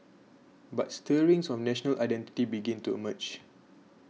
but stirrings of national identity began to emerge